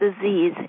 disease